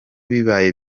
bibaye